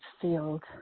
field